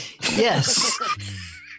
Yes